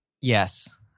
Yes